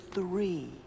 Three